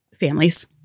families